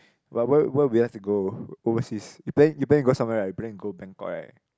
but where where we have to go overseas you plan you plan to go somewhere right you plan to go Bangkok right